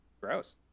Gross